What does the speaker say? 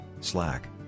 Slack